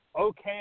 okay